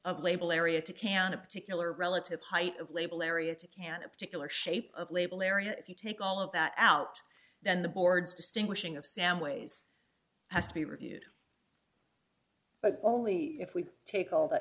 of label area to can a particular relative height of label area to can a particular shape of label area if you take all of that out then the boards distinguishing of samways has to be reviewed but only if we take all th